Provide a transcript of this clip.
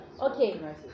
Okay